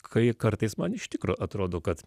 kai kartais man iš tikro atrodo kad